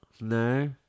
No